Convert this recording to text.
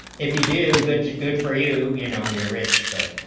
if you do good too good for you you know you're rich but